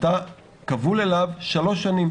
אתה כבול אליו שלוש שנים.